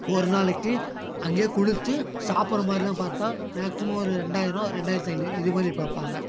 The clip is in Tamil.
ஒரு நாளைக்கு அங்கே குளித்து சாப்புடுற மாதிரிலாம் பார்த்தா மேக்ஸிமம் ஒரு ரெண்டாயிரம் ரெண்டாயிரத்தி ஐநூறு இதுமாதிரி பார்ப்பாங்க